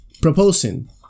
proposing